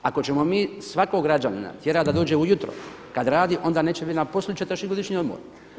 Ako ćemo mi svakog građanina tjerati da dođe ujutro kad radi onda neće biti na poslu ili će trošiti godišnji odmor.